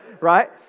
right